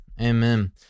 amen